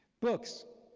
books,